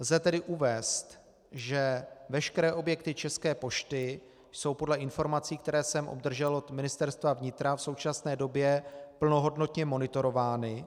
Lze tedy uvést, že veškeré objekty České pošty jsou podle informací, které jsem obdržel od Ministerstva vnitra, v současné době plnohodnotně monitorovány.